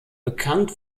bekannt